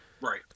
Right